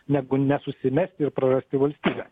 negu nesusimesti ir prarasti vastybę